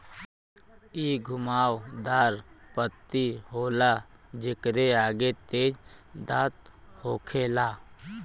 इ घुमाव दार पत्ती होला जेकरे आगे तेज दांत होखेला